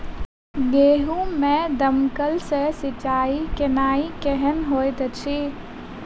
गेंहूँ मे दमकल सँ सिंचाई केनाइ केहन होइत अछि?